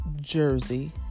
Jersey